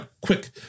quick